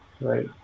Right